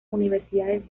universidades